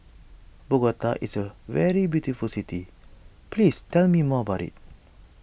Bogota is a very beautiful city please tell me more about it